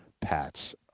pats